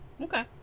okay